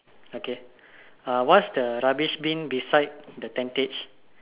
okay uh what's the rubbish bin beside the tentage